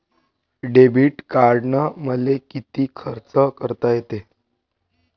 Debit कार्डानं मले किती खर्च करता येते?